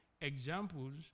examples